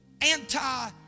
anti